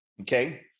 Okay